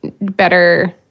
better